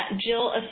Jill